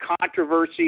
controversy